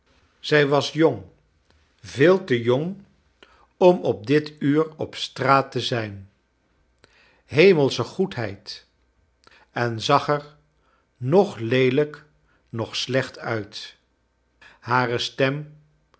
zij was jong veel te jong om op dit uur op straat te zijn hemelsche goedheid en zag er noch leelijk noch slecht uit hare stem